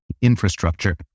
infrastructure